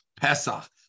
Pesach